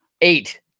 Eight